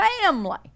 family